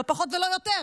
לא פחות ולא יותר,